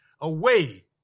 away